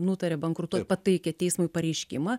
nutarė bankrutuot pataikė teismui pareiškimą